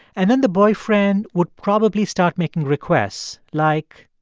and then the boyfriend would probably start making requests like.